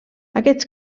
aquests